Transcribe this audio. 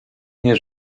nie